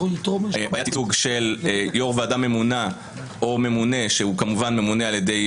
בעיית ייצוג של יו"ר ועדה ממונה או ממונה שהוא כמובן ממונה על ידי